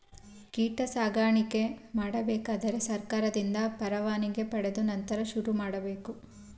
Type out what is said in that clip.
ಕೀಟ ಸಾಕಾಣಿಕೆ ಮಾಡಬೇಕಾದರೆ ಸರ್ಕಾರದಿಂದ ಪರವಾನಿಗೆ ಪಡೆದು ನಂತರ ಶುರುಮಾಡಬೇಕು